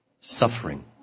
suffering